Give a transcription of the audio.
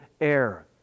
air